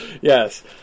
Yes